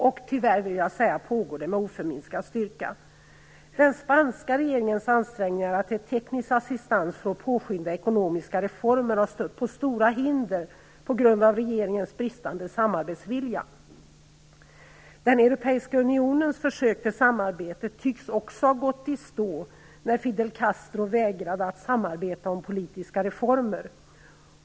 Och det pågår tyvärr fortfarande med oförminskad styrka. Den spanska regeringens ansträngningar till teknisk assistans för att påskynda ekonomiska reformer har stött på stora hinder på grund av regeringens bristande samarbetsvilja. Den europeiska unionens försök till samarbete tycks också ha gått i stå när Fidel Castro vägrade att samarbeta om politiska reformer.